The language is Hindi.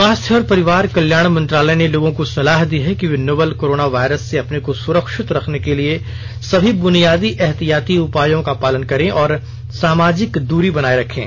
स्वास्थ्य और परिवार कल्याण मंत्रालय ने लोगों को सलाह दी है कि वे नोवल कोरोना वायरस से अपने को सुरक्षित रखने के लिए सभी बुनियादी एहतियाती उपायों का पालन करें और सामाजिक दूरी बनाए रखें